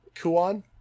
Kuan